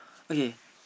okay